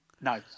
No